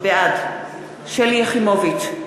בעד שלי יחימוביץ,